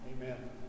Amen